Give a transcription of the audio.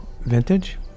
Vintage